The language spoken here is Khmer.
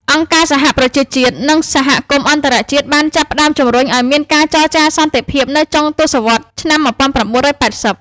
អង្គការសហប្រជាជាតិ និងសហគមន៍អន្តរជាតិបានចាប់ផ្ដើមជំរុញឱ្យមានការចរចាសន្តិភាពនៅចុងទសវត្សរ៍ឆ្នាំ១៩៨០។